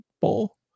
Bowl